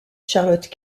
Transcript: charlotte